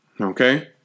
Okay